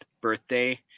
birthday